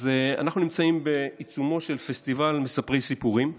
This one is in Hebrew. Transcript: אז אנחנו נמצאים בעיצומו של פסטיבל מספרי סיפורים,